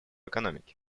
экономики